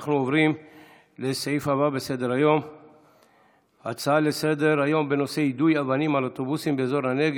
נעבור להצעה לסדר-היום בנושא: יידוי אבנים על אוטובוסים באזור הנגב,